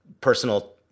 personal